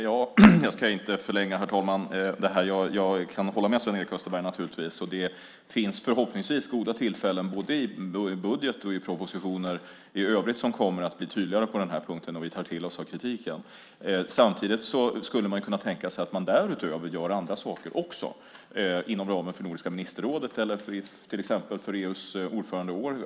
Herr talman! Jag kan naturligtvis hålla med Sven-Erik Österberg. Det finns förhoppningsvis goda tillfällen både i budgeten och i propositioner i övrigt där vi kan bli tydligare på den punkten, och vi tar till oss av kritiken. Samtidigt skulle man kunna tänka sig att man därutöver gör andra saker också inom ramen för Nordiska ministerrådet och vid ordförandeskapet för EU.